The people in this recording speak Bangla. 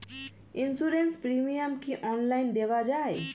ইন্সুরেন্স প্রিমিয়াম কি অনলাইন দেওয়া যায়?